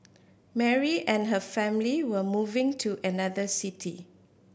Mary and her family were moving to another city